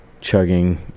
chugging